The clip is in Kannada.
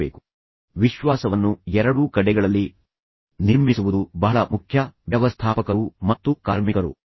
ವ್ಯವಸ್ಥಾಪಕರು ಮತ್ತು ಕಾರ್ಮಿಕರು ವಿಶ್ವಾಸವನ್ನು ಎರಡೂ ಕಡೆಗಳಲ್ಲಿ ನಿರ್ಮಿಸುವುದು ಬಹಳ ಮುಖ್ಯ ವ್ಯವಸ್ಥಾಪಕರು ಮತ್ತು ಕಾರ್ಮಿಕರು ಎರಡೂ ಕಡೆ